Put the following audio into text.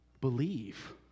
believe